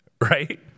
Right